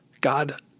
God